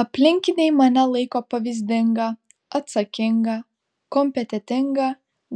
aplinkiniai mane laiko pavyzdinga atsakinga kompetentinga